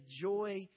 joy